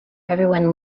everyone